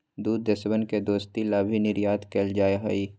दु देशवन के दोस्ती ला भी निर्यात कइल जाहई